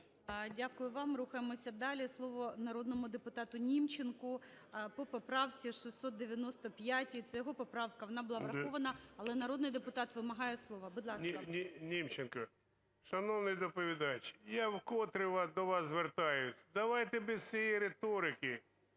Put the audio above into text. Дякую вам. Рухаємося далі. Слово народному депутату Німченку по поправці 695. Це його поправка, вона була врахована, але народний депутат вимагає слова. Будь ласка. 11:47:50 НІМЧЕНКО В.І. Шановний доповідач, я вкотре до вас звертаюсь: давайте без цієї риторики,